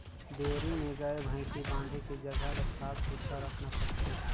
dairy में गाय, भइसी बांधे के जघा ल साफ सुथरा रखना परथे